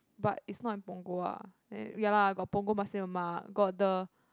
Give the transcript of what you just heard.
but it's not in Punggol ah ya lah got Punggol Nasi-Lemak got the